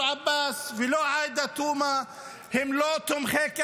עבאס ולא עאידה תומא הם לא תומכי כהנא,